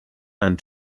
and